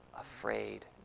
afraid